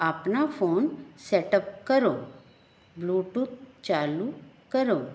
ਆਪਣਾ phone set up ਕਰੋ Bluetooth ਚਾਲੂ ਕਰੋ